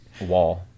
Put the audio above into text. wall